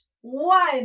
one